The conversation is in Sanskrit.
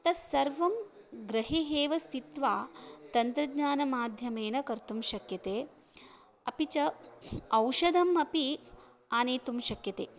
तस्सर्वं गृहे एव स्तित्वा तन्त्रज्ञानमाध्यमेन कर्तुं शक्यते अपि च औषधम् अपि आनेतुं शक्यते